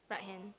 right hand